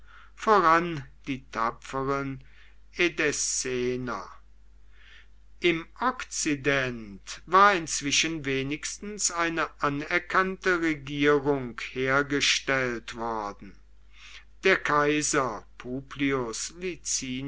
voran die tapferen edessener im okzident war inzwischen wenigstens eine anerkannte regierung hergestellt worden der kaiser